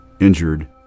injured